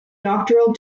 doctoral